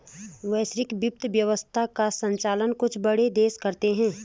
वैश्विक वित्त व्यवस्था का सञ्चालन कुछ बड़े देश करते हैं